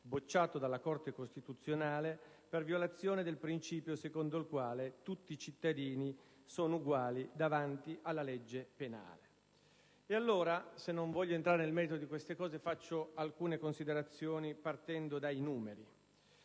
bocciato dalla Corte costituzionale per violazione del principio secondo cui tutti i cittadini sono uguali davanti alla legge penale. Non volendo entrare nel merito di queste argomentazioni, faccio alcune considerazioni partendo dai numeri.